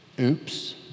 oops